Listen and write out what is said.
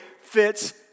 fits